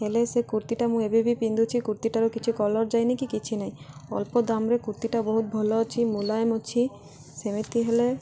ହେଲେ ସେ କୁର୍ତ୍ତୀ ମୁଁ ଏବେ ବି ପିନ୍ଧଛି କୁର୍ତ୍ତୀଟାରୁ କିଛି କଲର୍ ଯାଇନି କିଛି ନାହିଁ ଅଳ୍ପ ଦାମ୍ରେ କୁର୍ତ୍ତୀଟା ବହୁତ ଭଲ ଅଛି ମୁଲାୟମ ଅଛି ସେମିତି ହେଲେ